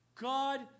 God